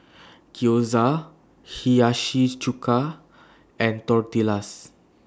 Gyoza Hiyashi Chuka and Tortillas